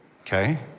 okay